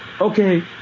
Okay